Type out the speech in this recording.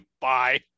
Bye